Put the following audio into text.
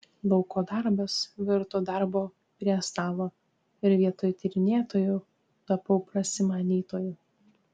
lauko darbas virto darbu prie stalo ir vietoj tyrinėtojo tapau prasimanytoju